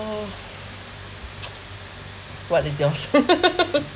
what is yours